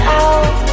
out